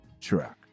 track